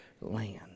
land